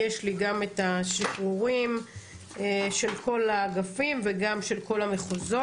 יש לי גם את השחרורים של כל האגפים וגם של כל המחוזות.